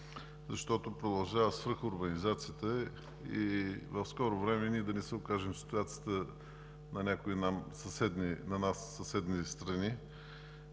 защото продължава свръхурбанизацията и в скоро време ние да не се окажем в ситуацията на някои съседни на